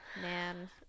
man